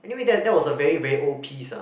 anyway that that was a very very old piece ah